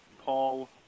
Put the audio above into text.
Paul